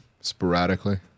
sporadically